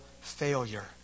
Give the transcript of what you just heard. failure